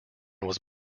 was